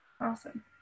awesome